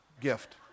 gift